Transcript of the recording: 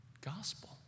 gospel